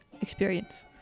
experience